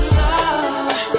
love